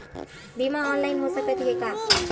बीमा ऑनलाइन हो सकत हे का?